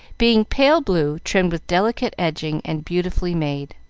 being pale blue, trimmed with delicate edging, and beautifully made.